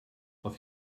auf